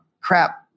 crap